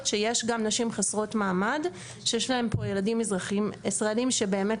שיש גם נשים חסרות מעמד שיש להן פה ילדים אזרחים ישראלים שבאמת